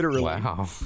Wow